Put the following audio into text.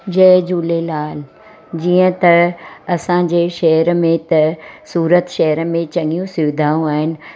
जय झूलेलाल जीअं त असांजे शहर में त सूरत शहर में चङियूं सुविधाऊं आहिनि